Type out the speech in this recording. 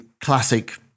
classic